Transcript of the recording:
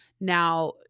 Now